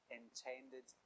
intended